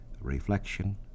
reflection